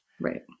right